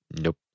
Nope